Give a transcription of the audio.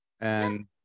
and-